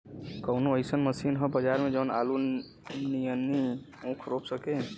कवनो अइसन मशीन ह बजार में जवन आलू नियनही ऊख रोप सके?